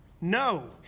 No